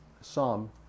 psalm